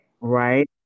right